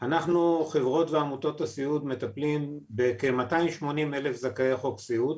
אנחנו חברות ועמותות הסיעוד מטפלים בכמאתיים שמונים אלף זכאי חוק הסיעוד